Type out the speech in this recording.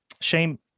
Shame